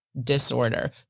disorder